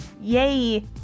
Yay